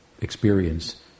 experience